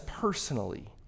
personally